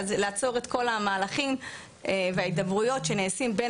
לעצור את כל המהלכים וההידברויות שנעשים בין